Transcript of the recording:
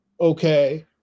okay